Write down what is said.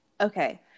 Okay